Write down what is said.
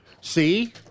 See